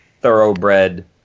thoroughbred